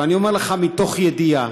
ואני אומר לך מתוך ידיעה,